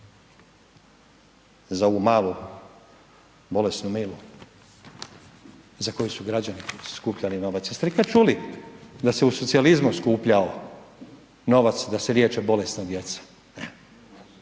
za ovu malu bolesnu Milu za koju su građani skupljali novac. Jeste li vi kada čuli da se u socijalizmu skupljao novac da se liječe bolesna djeca?